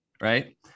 right